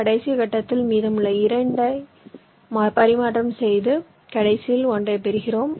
கடைசி கட்டத்தில் மீதமுள்ள 2 ஐ பரிமாற்றம் செய்த செய்து கடைசியில் ஒன்றை பெறுகிறோம்